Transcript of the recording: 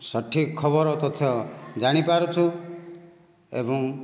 ସଠିକ ଖବର ତଥ୍ୟ ଜାଣିପାରୁଛୁ ଏବଂ